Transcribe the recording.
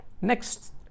Next